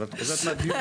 אני אעביר גם בעצמי,